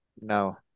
no